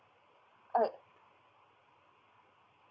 okay